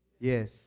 Yes